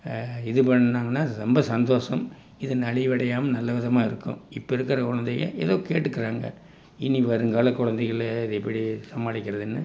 இது பண்ணிணாங்கனா ரொம்ப சந்தோஷம் இது நலிவடையாமல் நல்லவிதமாக இருக்கும் இப்போ இருக்கிற கொழந்தைக ஏதோ கேட்டுக்கிறாங்க இனி வருங்கால குழந்தைகளை இதை எப்படி சமாளிக்கிறதுனு